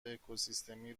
اکوسیستمی